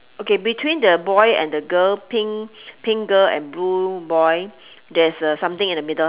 okay between the boy and the girl pink pink girl and blue boy there's uh something in the middle